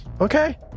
okay